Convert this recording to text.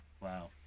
Wow